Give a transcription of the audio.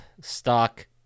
stock